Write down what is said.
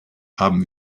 haben